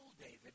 David